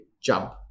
jump